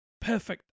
perfect